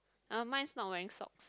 uh mine is not wearing socks